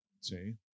See